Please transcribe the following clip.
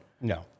No